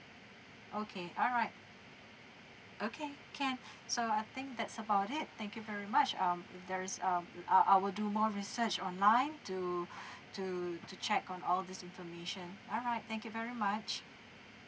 okay alright okay can so I think that's about it thank you very much um if there is um uh I'll I will do more research online to to to check on all this information alright thank you very much